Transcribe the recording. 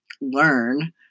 learn